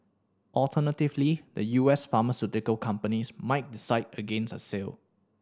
alternatively the U S pharmaceutical companies might decide against a sale